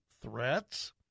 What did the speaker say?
threats